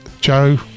Joe